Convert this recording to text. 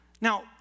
Now